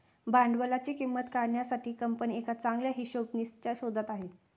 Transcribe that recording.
भांडवलाची किंमत काढण्यासाठी कंपनी एका चांगल्या हिशोबनीसच्या शोधात आहे